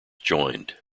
joined